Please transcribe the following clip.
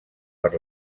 per